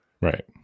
right